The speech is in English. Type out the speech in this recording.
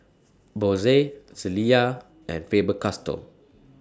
Bose Zalia and Faber Castell